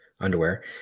underwear